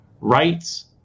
rights